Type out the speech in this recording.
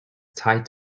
tight